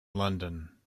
london